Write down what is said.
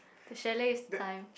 the chalet is the time